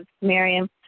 Miriam